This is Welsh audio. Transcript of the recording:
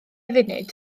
funud